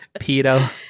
PEDO